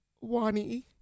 Wani